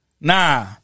nah